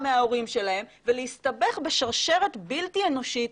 מההורים שלהם ולהסתבך בשרשרת בלתי אנושית,